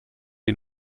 die